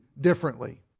differently